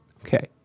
Okay